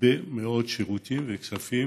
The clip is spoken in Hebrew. הרבה מאוד שירותים וכספים